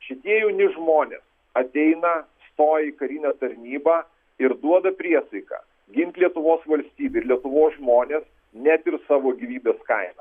šitie jauni žmonė ateina to į karinę tarnybą ir duoda priesaiką gint lietuvos valstybę ir lietuvos žmones net ir savo gyvybės kaina